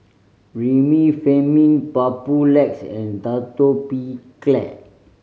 Remifemin Papulex and Atopiclair